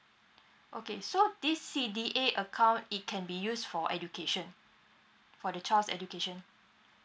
okay so this C_D_A account it can be used for education for the child's education